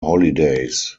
holidays